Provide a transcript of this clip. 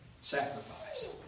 sacrifice